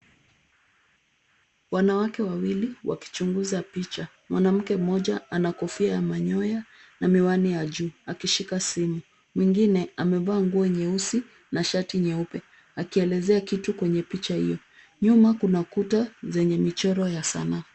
Wanawake wawili wakichunguza picha. Mwnamke mmoja anakofia ya manyoya na miwani ya jua huku akishika simu mwingine amevaa nguo nyeusi na shati nyeupe akielez kitu kwenye picha hiyo. Nyuma kuna kuta za michoro ya sanaa .